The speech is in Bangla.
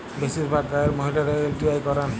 বেশিরভাগ গাঁয়ের মহিলারা এল.টি.আই করেন